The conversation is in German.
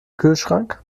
kühlschrank